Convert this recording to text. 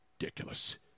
Ridiculous